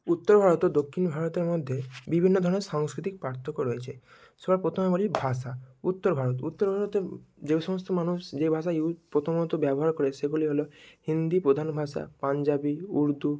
উত্তর ভারত ও দক্ষিণ ভারতের মধ্যে বিভিন্ন ধরনের সাংস্কৃতিক পার্থক্য রয়েছে সবার প্রথমে বলি ভাষা উত্তর ভারত উত্তর ভারতে যে সমস্ত মানুষ যে ভাষা ইউজ প্রথমত ব্যবহার করে সেগুলি হল হিন্দি প্রধান ভাষা পাঞ্জাবী উর্দু